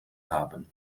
haben